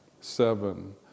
seven